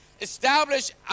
Establish